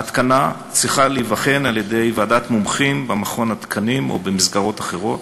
ההתקנה צריכה להיבחן על-ידי ועדת מומחים במכון התקנים או במסגרות אחרות.